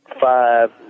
five